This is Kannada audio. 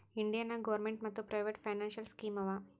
ಇಂಡಿಯಾ ನಾಗ್ ಗೌರ್ಮೇಂಟ್ ಮತ್ ಪ್ರೈವೇಟ್ ಫೈನಾನ್ಸಿಯಲ್ ಸ್ಕೀಮ್ ಆವಾ